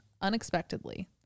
unexpectedly